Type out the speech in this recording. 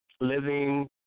living